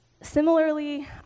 Similarly